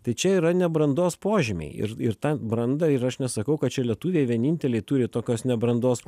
tai čia yra nebrandos požymiai ir ir ta branda ir aš nesakau kad šie lietuviai vieninteliai turi tokios nebrandos